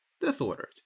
Disordered